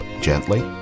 gently